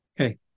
Okay